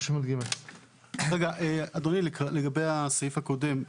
רגע, ולגבי סעיף (2):